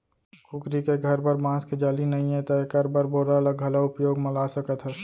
कुकरी के घर बर बांस के जाली नइये त एकर बर बोरा ल घलौ उपयोग म ला सकत हस